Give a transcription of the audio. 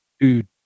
dude